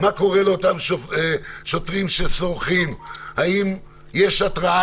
מה קורה לאותם שוטרים שסורחים; האם יש התראה